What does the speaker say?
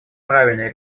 правильное